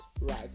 right